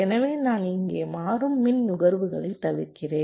எனவே நான் இங்கே மாறும் மின் நுகர்வுகளைத் தவிர்க்கிறேன்